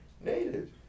native